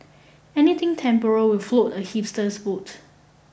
anything temporal will float a hipster's boat